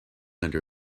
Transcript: under